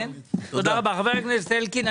חבר הכנסת אלקין.